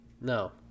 No